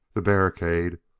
the barricade,